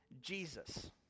Jesus